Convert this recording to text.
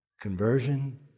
Conversion